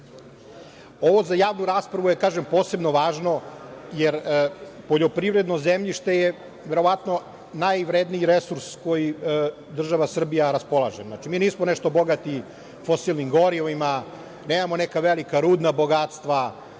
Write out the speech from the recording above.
za javnu raspravu je, kažem, posebno važno, jer poljoprivredno zemljište je verovatno najvredniji resurs kojim država Srbija raspolaže. Mi nismo nešto bogati fosilnim gorivima, nemamo neka velika rudna bogatstva,